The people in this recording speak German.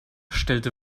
stellt